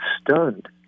stunned